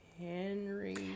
henry